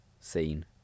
scene